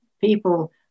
people